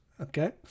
Okay